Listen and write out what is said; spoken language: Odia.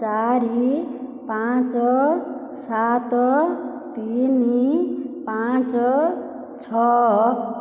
ଚାରି ପାଞ୍ଚ ସାତ ତିନି ପାଞ୍ଚ ଛଅ